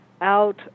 Out